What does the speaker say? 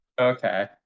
Okay